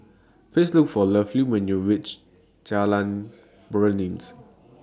Please Look For Lovey when YOU REACH Jalan Beringin